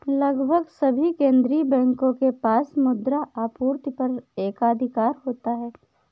लगभग सभी केंदीय बैंकों के पास मुद्रा आपूर्ति पर एकाधिकार होता है